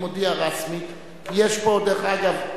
אני מודיע רשמית, דרך אגב,